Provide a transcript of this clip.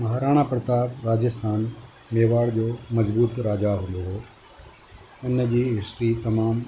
महाराणा प्रताप राजस्थान मेवाड़ जो मज़बूत राजा हूंदो हुओ उन जी हिस्ट्री तमामु